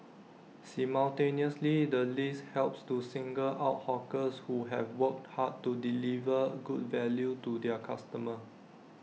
simultaneously the list helps to single out hawkers who have worked hard to deliver good value to their customers